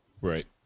Right